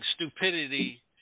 stupidity